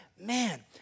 man